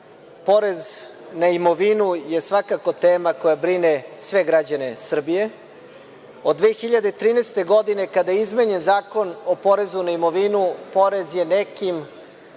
porez na imovinu je svakako tema koja brine sve građane Srbije. Od 2013. godine, kada je izmenjen Zakon o porezu na imovinu, porez je nekim